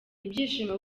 ibyishimo